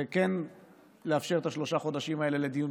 וכן לאפשר את השלושה חודשים האלה לדיון,